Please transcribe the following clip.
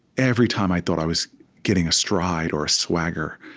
every time i thought i was getting a stride or a swagger,